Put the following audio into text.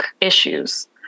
issues